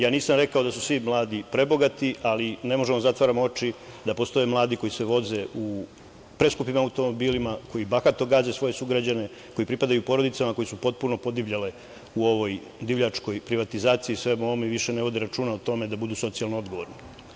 Ja nisam rekao da su svi mladi prebogati, ali ne možemo da zatvaramo oči da postoje mladi koji se voze u preskupim automobilima, koji bahato gaze svoje sugrađane, koji pripadaju porodicama koje su potpuno podivljale u ovoj divljačkoj privatizaciji, svemu ovome i više ne vode računa o tome da budu socijalno odgovorni.